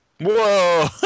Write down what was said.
whoa